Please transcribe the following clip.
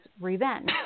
revenge